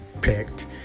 picked